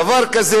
דבר כזה,